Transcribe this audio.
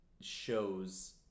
shows